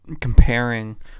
comparing